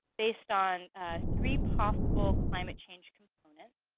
based on three possible climate change components.